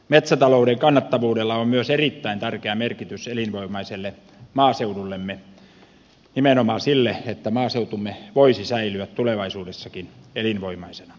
metsätalouden kannattavuudella on myös erittäin tärkeä merkitys elinvoimaiselle maaseudullemme nimenomaan sille että maaseutumme voisi säilyä tulevaisuudessakin elinvoimaisena